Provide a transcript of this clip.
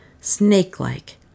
snake-like